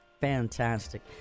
Fantastic